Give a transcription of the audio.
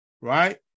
Right